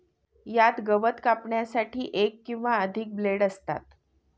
यात गवत कापण्यासाठी एक किंवा अधिक ब्लेड असतात